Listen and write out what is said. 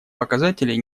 показателей